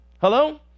hello